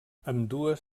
ambdues